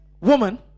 woman